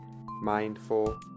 mindful